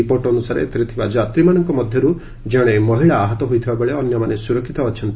report ଅନ୍ତସାରେ ଏଥିରେ ଥିବା ଯାତ୍ରୀମାନଙ୍କ ମଧ୍ୟରୁ ଜଣେ ମହିଳା ଆହତ ହୋଇଥିବା ବେଳେ ଅନ୍ୟମାନେ ସୁରକ୍ଷିତ ଅଛନ୍ତି